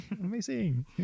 Amazing